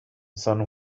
san